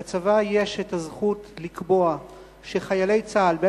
לצבא יש זכות לקבוע שחיילי צה"ל,